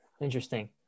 Interesting